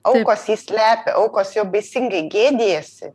aukos jį slepia aukos jo baisingai gėdijasi